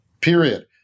period